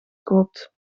koopt